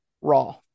Raw